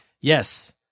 Yes